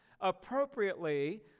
appropriately